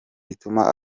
ituma